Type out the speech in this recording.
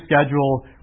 schedule